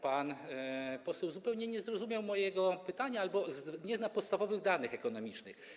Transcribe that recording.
Pan poseł zupełnie nie zrozumiał mojego pytania albo nie zna podstawowych danych ekonomicznych.